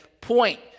point